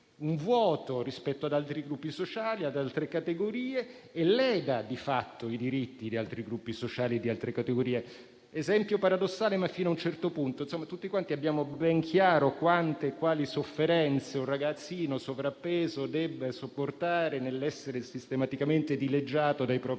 un vuoto rispetto ad altri gruppi sociali e ad altre categorie e leda di fatto i diritti di altri gruppi sociali e di altre categorie. Faccio un esempio paradossale, ma fino a un certo punto: tutti quanti abbiamo ben chiaro quante e quali sofferenze un ragazzino sovrappeso deve sopportare nell'essere sistematicamente dileggiato dai propri